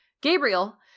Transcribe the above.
Gabriel